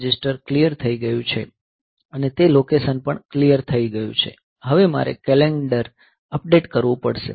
register clear થઈ ગયું છે અને તે લોકેશન પણ ક્લીયર થઈ ગયું છે હવે મારે કેલેન્ડર અપડેટ કરવું પડશે